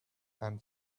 and